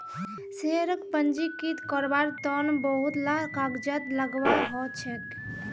शेयरक पंजीकृत कारवार तन बहुत ला कागजात लगव्वा ह छेक